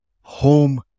home